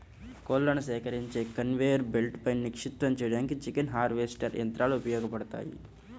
కోళ్లను సేకరించి కన్వేయర్ బెల్ట్పై నిక్షిప్తం చేయడానికి చికెన్ హార్వెస్టర్ యంత్రాలు ఉపయోగపడతాయి